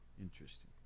Interesting